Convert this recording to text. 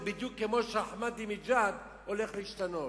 זה בדיוק כמו שאחמדינג'אד הולך להשתנות.